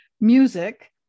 music